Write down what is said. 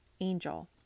Angel